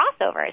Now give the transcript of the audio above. crossovers